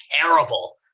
terrible